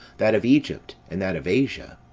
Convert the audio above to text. that of egypt, and that of asia.